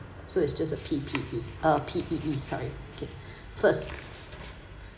so it's just a P_P_E uh P_E_E sorry okay first